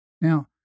Now